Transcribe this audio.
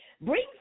Bring